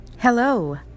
Hello